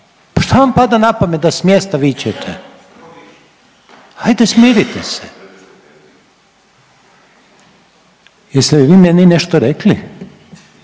šta vam pada napamet da s mjesta vičete? Ajde smirite se. Jeste li vi meni nešto rekli?